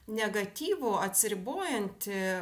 negatyvų atsiribojantį